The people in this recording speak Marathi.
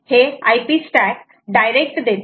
हे IP स्टॅक डायरेक्ट देते